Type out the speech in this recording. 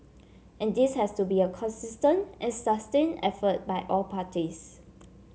and this has to be a consistent and sustained effort by all parties